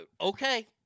Okay